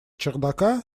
чердака